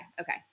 Okay